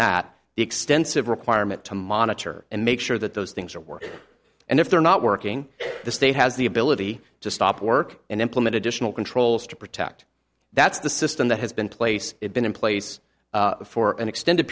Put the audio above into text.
that the extensive requirement to monitor and make sure that those things are working and if they're not working the state has the ability to stop work and implement additional controls to protect that's the system that has been place it been in place for an extended